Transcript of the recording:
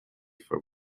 for